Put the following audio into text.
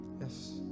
Yes